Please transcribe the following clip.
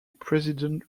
president